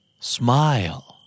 Smile